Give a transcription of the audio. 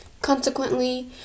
Consequently